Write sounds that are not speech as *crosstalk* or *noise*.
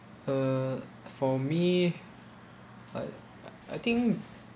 uh for me I *noise* I think